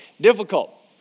difficult